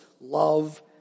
love